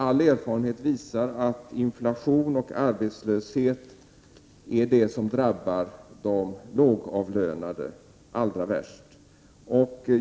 All erfarenhet visar att inflation och arbetslöshet är det som drabbar de lågavlönade allra värst.